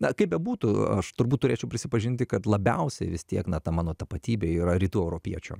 na kaip bebūtų aš turbūt turėčiau prisipažinti kad labiausiai vis tiek na ta mano tapatybė yra rytų europiečio